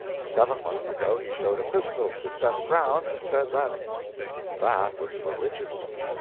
seven months ago he showed a pistol to seth brown and said that that was for richardson.